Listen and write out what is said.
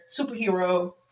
superhero